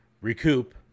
recoup